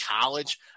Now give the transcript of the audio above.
college